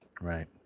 Right